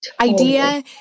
idea